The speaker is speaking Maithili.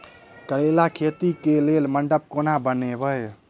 करेला खेती कऽ लेल मंडप केना बनैबे?